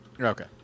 Okay